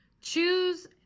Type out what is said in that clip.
choose